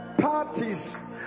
parties